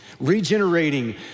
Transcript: Regenerating